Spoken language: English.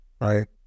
right